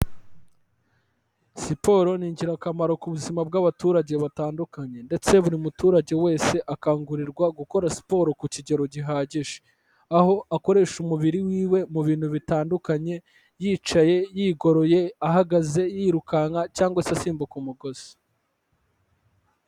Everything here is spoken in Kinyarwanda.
Siporo ni ingirakamaro ku buzima bw'abaturage batandukanye ndetse buri muturage wese akangurirwa gukora siporo ku kigero gihagije, aho akoresha umubiri wiwe mu bintu bitandukanye: yicaye, yigoroye, ahagaze, yirukanka cyangwa se asimbuka umugozi.